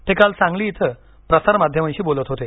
ते काल सांगली इथे प्रसार माध्यमांशी बोलत होते